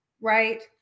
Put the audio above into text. right